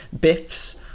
Biff's